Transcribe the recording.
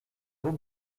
vaut